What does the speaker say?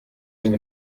sind